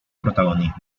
protagonismo